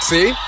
See